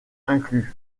inclus